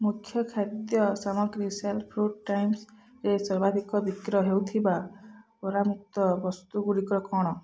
ମୁଖ୍ୟ ଖାଦ୍ୟ ସାମଗ୍ରୀ ସେଲ୍ ଫ୍ରୁଟ୍ ଟାଇମ୍ସ୍ରେ ସର୍ବାଧିକ ବିକ୍ରୟ ହେଉଥିବା ପରାମୁକ୍ତ ବସ୍ତୁଗୁଡ଼ିକ କ'ଣ